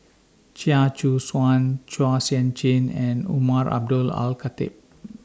Chia Choo Suan Chua Sian Chin and Umar Abdullah Al Khatib